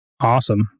Awesome